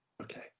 Okay